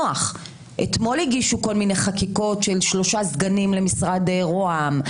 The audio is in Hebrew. אתמול הגישו כל מיני חקיקות של שלושה סגנים למשרד רוה"מ.